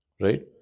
Right